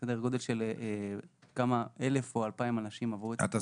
סדר גודל של 1,000 או 2,000 אנשים עברו את הקורסים.